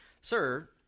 sir